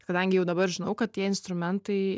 kadangi jau dabar žinau kad tie instrumentai